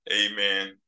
amen